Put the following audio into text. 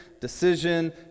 decision